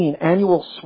annual